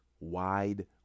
wide